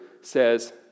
says